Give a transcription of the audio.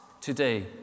today